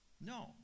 No